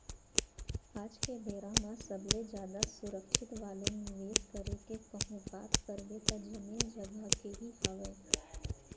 आज के बेरा म सबले जादा सुरक्छित वाले निवेस करई के कहूँ बात करबे त जमीन जघा के ही हावय